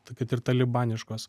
tai kad ir talibaniškos